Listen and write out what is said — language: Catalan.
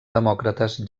demòcrates